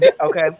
Okay